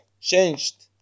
changed